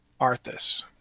Arthas